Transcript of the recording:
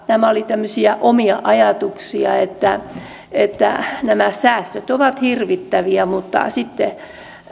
nämä olivat tämmöisiä omia ajatuksia että että nämä säästöt ovat hirvittäviä mutta sitten